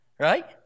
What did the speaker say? Right